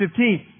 15